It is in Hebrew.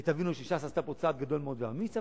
תבינו שש"ס עשתה פה צעד גדול מאוד ואמיץ,